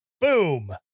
Boom